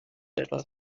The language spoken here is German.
etwas